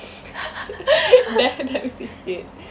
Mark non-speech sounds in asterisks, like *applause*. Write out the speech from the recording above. *laughs* there that said it